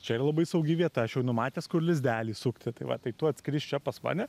čia yra labai saugi vieta aš jau numatęs kur lizdelį sukti tai va tai tu atskrisk čia pas mane